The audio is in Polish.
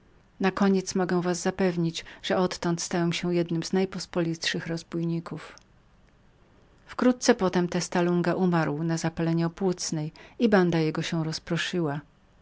nakoniec mogę was zapewnić że odtąd stałem się jednym z najpospolitszych rozbójników wkrótce potem testa lunga umarł na zgniłą gorączkę i banda jego się rozproszyła